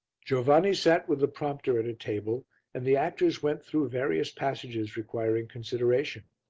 giovanni sat with the prompter at a table and the actors went through various passages requiring consideration.